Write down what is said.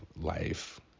life